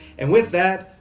and with that,